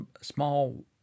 small